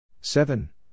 Seven